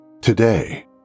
Today